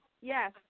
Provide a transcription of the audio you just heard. Yes